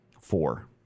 Four